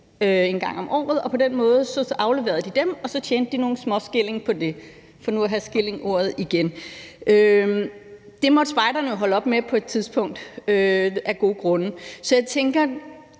en gang om året. På den måde afleverede de dem, og så tjente de nogle småskillinger på det, for nu at have skillingsordet oppe igen. Det måtte spejderne jo af gode grunde holde op med på et tidspunkt. Så jeg tænker,